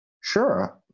Sure